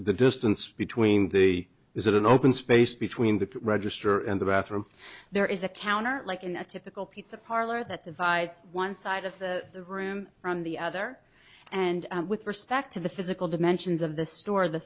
the distance between the is it an open space between the register and the bathroom there is a counter like in a typical pizza parlor that divides one side of the room from the other and with respect to the physical dimensions of the store the